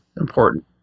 Important